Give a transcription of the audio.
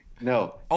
No